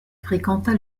fréquenta